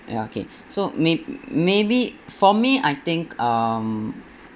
ya okay so may~ maybe for me I think um